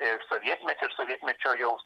ir sovietmety ir sovietmečio jau